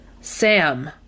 Sam